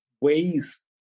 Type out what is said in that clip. ways